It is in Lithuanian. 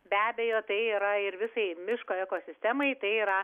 be abejo tai yra ir visai miško ekosistemai tai yra